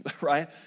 right